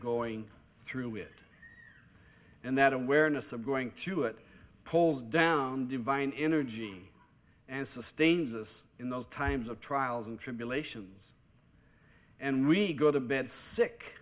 going through it and that awareness of going through it pulls down divine in or jean and sustains us in those times of trials and tribulations and we go to bed sick